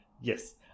Yes